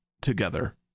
together